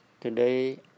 Today